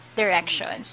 direction